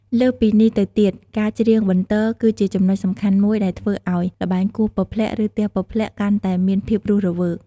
លើសពីនេះទៅទៀតការ ច្រៀងបន្ទរ គឺជាចំណុចសំខាន់មួយដែលធ្វើឱ្យល្បែង គោះពព្លាក់ ឬទះពព្លាក់ កាន់តែមានភាពរស់រវើក។